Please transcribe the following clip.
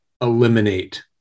eliminate